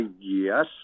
yes